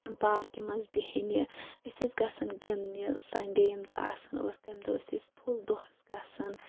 پارکہِ مَنٛز بیٚہنہِ أسۍ ٲسۍ گَژھان گِندنہِ سَنڑے یمہِ دۄہ آسان ٲسۍ تَمہِ دۄہ ٲسۍ أسۍ فُل دۄہَس گَژھان